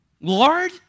Lord